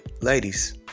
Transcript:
ladies